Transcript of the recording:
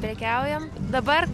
prekiaujam dabar